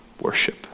worship